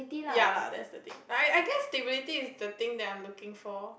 ya lah that's the thing I I guess stability is the thing that I'm looking for